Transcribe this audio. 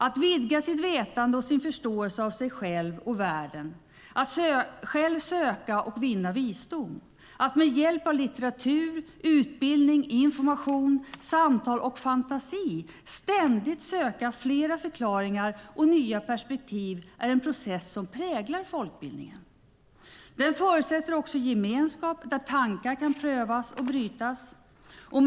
Att vidga sitt vetande och sin förståelse av sig själv och världen, att själv söka och vinna visdom, att med hjälp av litteratur, utbildning, information, samtal och fantasi ständigt söka fler förklaringar och nya perspektiv är en process som präglar folkbildningen. Den förutsätter också gemenskap där tankar kan prövas och brytas.